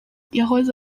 yahoze